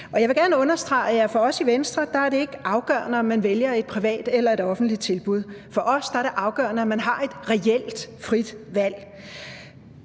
Og jeg vil gerne understrege, at for os i Venstre er det ikke afgørende, om man vælger et privat eller et offentligt tilbud. For os er det afgørende, at man har et reelt frit valg.